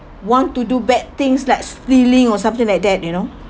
want to do bad things like stealing or something like that you know